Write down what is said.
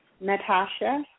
Natasha